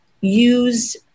use